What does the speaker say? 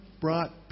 brought